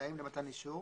תנאים למתן אישור.